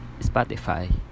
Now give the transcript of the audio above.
spotify